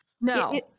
No